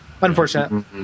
Unfortunate